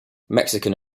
mexican